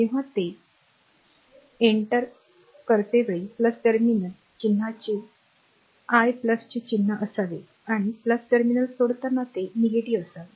जेव्हा ते enterप्रविष्ट करतेवेळी टर्मिनल चिन्हाचे वर्तमान चे चिन्ह असावे आणि टर्मिनल सोडताना ते असावे